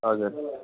हजुर